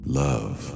love